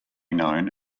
known